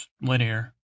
linear